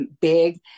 big